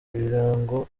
ibirango